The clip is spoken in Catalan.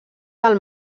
del